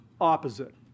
opposite